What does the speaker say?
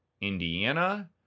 Indiana